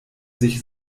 sich